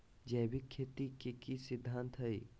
जैविक खेती के की सिद्धांत हैय?